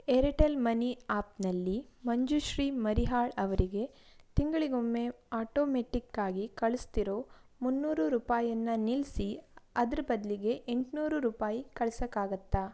Airtel money ಆಪ್ನಲ್ಲಿ ಮಂಜುಶ್ರೀ ಮರೀಹಾಳ್ ಅವರಿಗೆ ತಿಂಗಳಿಗೊಮ್ಮೆ ಆಟೋಮೆಟ್ಟಿಕ್ಕಾಗಿ ಕಳಿಸ್ತಿರೋ ಮುನ್ನೂರು ರೂಪಾಯಿಯನ್ನ ನಿಲ್ಲಿಸಿ ಅದರ ಬದಲಿಗೆ ಎಂಟುನೂರು ರೂಪಾಯಿ ಕಳ್ಸೊಕ್ಕಾಗತ್ತಾ